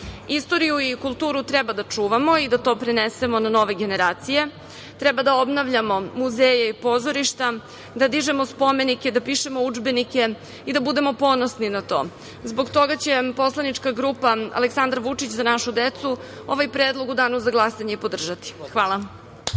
turiste. Istoriju i kulturu treba da čuvamo i da to prenesemo na nove generacije. Treba da obnavljamo muzeje i pozorišta, da dižemo spomenike, da pišemo udžbenike i da budemo ponosni na to. Zbog toga će poslanička grupa Aleksandar Vučić – Za našu decu ovaj predlog u danu za glasanje i podržati. Hvala.